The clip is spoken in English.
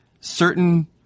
certain